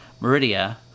Meridia